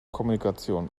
kommunikation